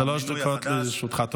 שלוש דקות לרשותך.